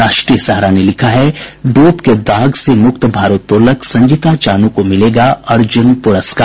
राष्ट्रीय सहारा ने लिखा है डोप के दाग से मुक्त भारोत्तोलक संजीता चानू को मिलेगा अर्जुन पुरस्कार